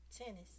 Tennis